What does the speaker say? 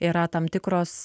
yra tam tikros